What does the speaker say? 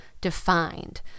defined